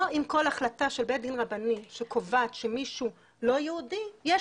לא עם כל החלטה של בית דין רבני שקובעת שמישהו לא יהודי יש